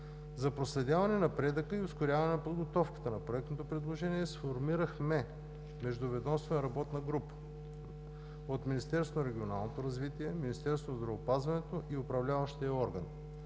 За проследяване напредъка и ускоряване на подготовката на проектното предложение сформирахме междуведомствена работна група от Министерството на регионалното развитие, Министерството на здравеопазването и Управляващия орган.